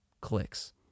clicks